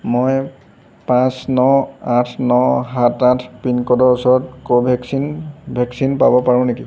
মই পাঁচ ন আঠ ন সাত আঠ পিনক'ডৰ ওচৰত কোভেক্সিন ভেকচিন পাব পাৰোঁ নেকি